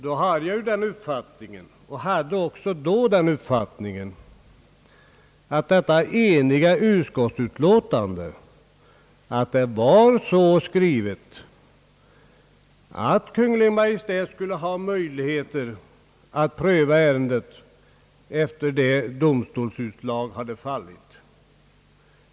Då hade jag emellertid den uppfattningen, att detta eniga utskottsutlåtande var så skrivet, att Kungl. Maj:t skulle ha möjligheter att pröva ärendet, sedan domstolsutslag hade fallit.